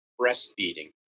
breastfeeding